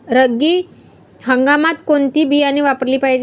रब्बी हंगामात कोणते बियाणे वापरले पाहिजे?